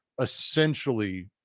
essentially